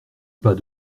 pas